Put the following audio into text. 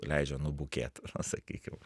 leidžia nubukėt sakykim